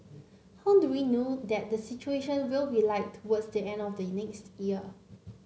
how do we know that the situation will be like towards the end of the next year